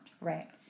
Right